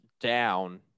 down